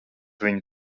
viņa